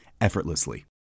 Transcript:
effortlessly